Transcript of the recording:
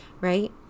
right